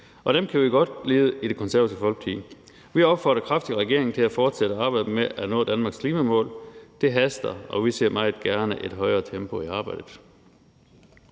og dem kan vi godt lide i Det Konservative Folkeparti. Vi opfordrer kraftigt regeringen til at fortsætte arbejdet med at nå Danmarks klimamål. Det haster, og vi ser meget gerne et højere tempo i arbejdet.